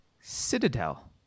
Citadel